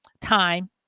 time